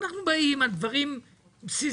אנחנו באים על דברים בסיסיים,